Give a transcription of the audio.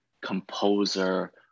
composer